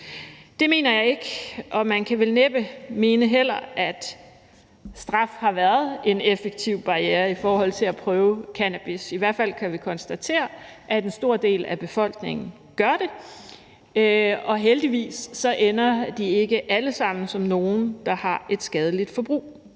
Det mener jeg ikke, og man kan vel næppe heller mene, at straf har været en effektiv barriere i forhold til at prøve cannabis. I hvert fald kan vi konstatere, at en stor del af befolkningen gør det, og heldigvis ender de ikke alle sammen som nogle, der har et skadeligt forbrug.